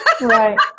Right